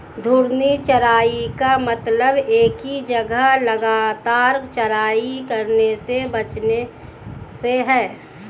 घूर्णी चराई का मतलब एक ही जगह लगातार चराई करने से बचने से है